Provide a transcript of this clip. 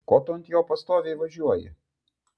ko tu ant jo pastoviai važiuoji